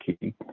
key